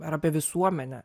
ar apie visuomenę